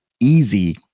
easy